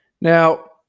Now